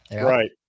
right